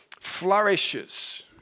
flourishes